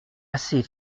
assez